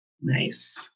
Nice